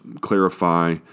clarify